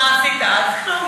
מה עשית אז?